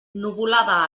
nuvolada